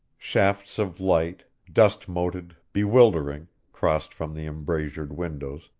shafts of light, dust-moted bewildering, crossed from the embrasured windows,